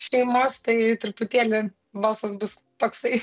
šeimos tai truputėlį balsas bus toksai